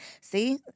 See